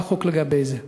מה החוק לגבי זה?